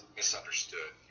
misunderstood